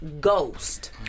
ghost